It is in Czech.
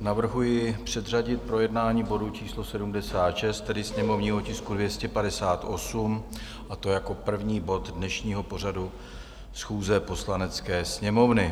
Navrhuji předřadit projednání bodu číslo 76, tedy sněmovního tisku 258, a to jako první bod dnešního pořadu schůze Poslanecké sněmovny.